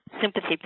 sympathy